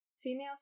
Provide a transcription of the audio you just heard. Female